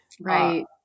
Right